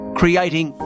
creating